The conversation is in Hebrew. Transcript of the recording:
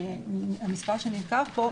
המספר שננקב פה,